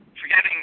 forgetting